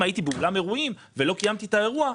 אם הייתי באולם אירועים ולא קיימתי את האירוע,